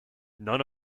none